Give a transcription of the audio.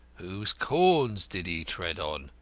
whose corns did he tread on?